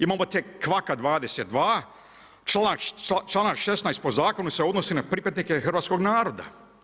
Imamo ta kvaka 22 članak 16. po zakonu se odnosi na pripadnike hrvatskog naroda.